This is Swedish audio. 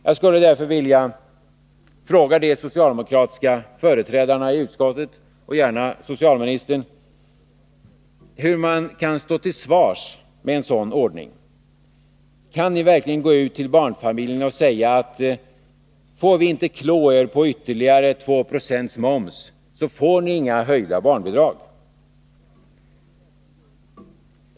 Jag skulle därför vilja fråga de socialdemokratiska företrädarna i utskottet och gärna socialministern hur ni kan stå till svars med en sådan ordning. Kan ni verkligen gå ut till barnfamiljerna och säga att får vi inte klå er på ytterligare 2 26 moms, får ni inga höjda barnbidrag?